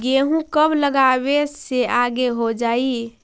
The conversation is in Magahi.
गेहूं कब लगावे से आगे हो जाई?